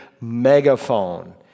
megaphone